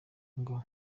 ngo